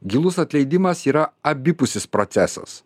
gilus atleidimas yra abipusis procesas